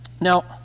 Now